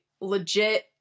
legit